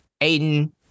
Aiden